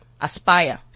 Aspire